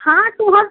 हाँ तो हम